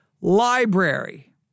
library